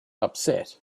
upset